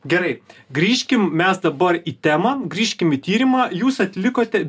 gerai grįžkim mes dabar į temą grįžkim į tyrimą jūs atlikote